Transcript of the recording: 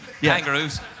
Kangaroos